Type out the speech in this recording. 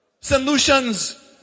Solutions